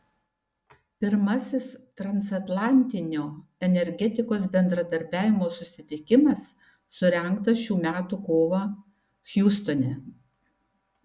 pirmasis transatlantinio energetikos bendradarbiavimo susitikimas surengtas šių metų kovą hjustone